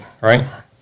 right